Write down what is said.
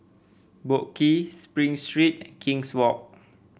Boat Quay Spring Street King's Walk